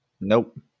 Nope